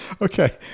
okay